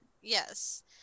Yes